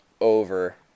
Over